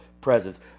presence